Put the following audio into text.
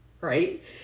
right